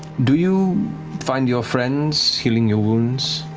do you find your friends healing your wounds,